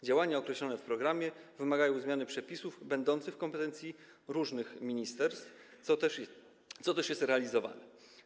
Działania określone w programie wymagają zmiany przepisów będących w kompetencji różnych ministerstw, co też jest realizowane.